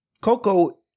Coco